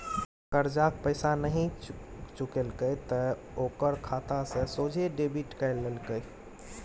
करजाक पैसा नहि चुकेलके त ओकर खाता सँ सोझे डेबिट कए लेलकै